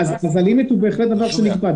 הלימיט הוא בהחלט דבר שנקבע.